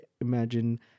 imagine